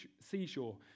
seashore